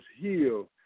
healed